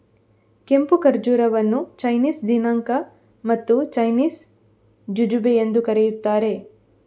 ಕೆಂಪು ಖರ್ಜೂರವನ್ನು ಚೈನೀಸ್ ದಿನಾಂಕ ಮತ್ತು ಚೈನೀಸ್ ಜುಜುಬೆ ಎಂದೂ ಕರೆಯುತ್ತಾರೆ